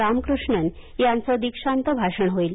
रामकृष्णन यांचं दीक्षान्त भाषण होईल